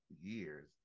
years